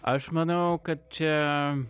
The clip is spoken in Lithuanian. aš manau kad čia